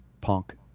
Punk